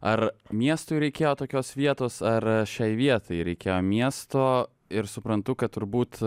ar miestui reikėjo tokios vietos ar šiai vietai reikėjo miesto ir suprantu kad turbūt